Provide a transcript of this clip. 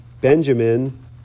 Benjamin